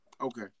Okay